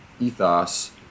ethos